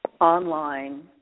online